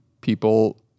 people